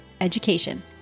education